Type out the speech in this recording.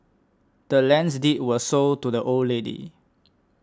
the land's deed was sold to the old lady